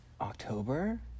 October